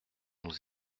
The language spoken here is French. nous